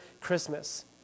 Christmas